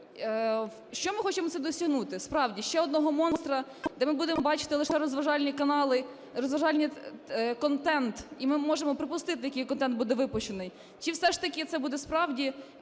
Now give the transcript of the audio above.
Що ми хочемо цим досягнути? Справді, ще одного монстра, де ми будемо бачити лише розважальні канали, розважальний контент, і ми можемо припустити, який контент буде випущений, чи все ж таки це буде справді